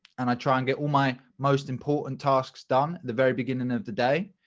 and i try and get all my most important tasks done the very beginning of the day.